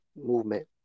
movement